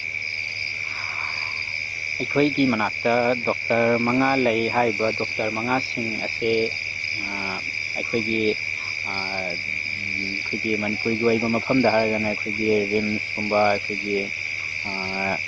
ꯑꯩꯈꯣꯏꯒꯤ ꯃꯅꯥꯛꯇ ꯗꯣꯛꯇꯔ ꯃꯉꯥ ꯂꯩ ꯍꯥꯏꯔꯤꯕ ꯗꯣꯛꯇꯔ ꯃꯉꯥꯁꯤꯡ ꯑꯁꯦ ꯑꯩꯈꯣꯏꯒꯤ ꯑꯩꯈꯣꯏꯒꯤ ꯃꯅꯤꯄꯨꯔꯒꯤ ꯑꯣꯏꯕ ꯃꯐꯝꯗ ꯍꯥꯏꯔꯒꯅ ꯑꯩꯈꯣꯏꯒꯤ ꯔꯤꯝꯁꯀꯨꯝꯕ ꯑꯩꯈꯣꯏꯒꯤ